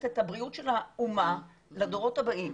את הבריאות של האומה לדורות הבאים.